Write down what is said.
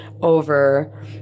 over